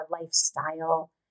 lifestyle